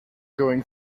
going